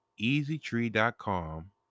easytree.com